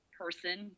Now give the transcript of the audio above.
person